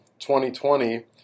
2020